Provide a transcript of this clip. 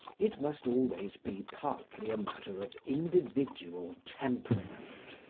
it must always be partly a matter of individual temperament.